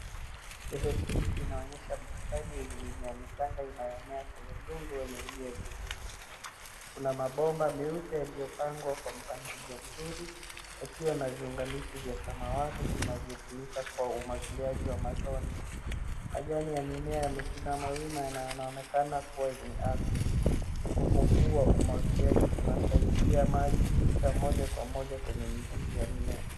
Sehemu hii inaonyesha bustani yenye mimea michanga inayomea kwenye udongo wenye unyevu. Kuna mabomba meupe yaliyopangwa kwa mpangilio mzuri, yakiwa na viunganishi vya samawati vinavyotumika kwa umwagiliaji wa matone. Majani ya mimea yamesimama wima na yanaonekana kuwa yenye afya. Mfumo huu wa umwagiliaji unasaidia maji kufika moja kwa moja kwenye mizizi ya mimea.